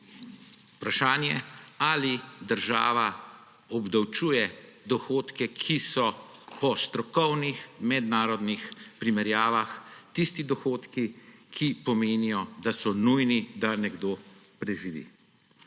vprašanje, ali država obdavčuje dohodke, ki so po strokovnih mednarodnih primerjavah tisti dohodki, ki pomenijo, da so nujni, da nekdo preživi.